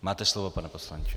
Máte slovo, pane poslanče.